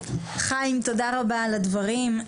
חיים, תודה רבה על הדברים.